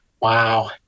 Wow